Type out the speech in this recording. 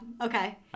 okay